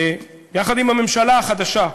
יחד עם הממשלה החדשה,